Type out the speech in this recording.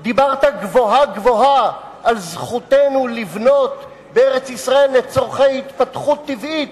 דיברת גבוהה-גבוהה על זכותנו לבנות בארץ-ישראל לצורכי התפתחות טבעית,